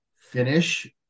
finish